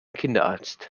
kinderarzt